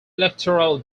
electoral